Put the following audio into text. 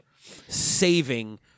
saving